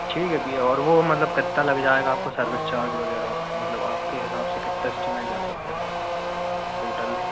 ठीक है भैया और वो मतलब कितना लग जाएगा आपको सर्विस चार्ज वगैरह मतलब आप के हिसाब से कितना एस्टीमेट जा सकता है टोटल